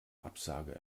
absage